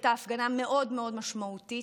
הייתה הפגנה מאוד מאוד משמעותית.